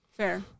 Fair